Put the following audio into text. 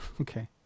Okay